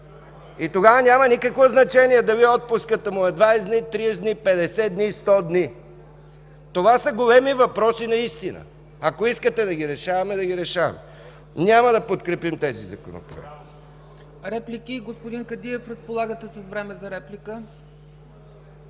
И тогава няма никакво значение дали отпускът му е 20, 30, 50, 100 дни. Това са големи въпроси наистина – ако искате да ги решаваме, да ги решаваме. Няма да подкрепим тези законопроекти.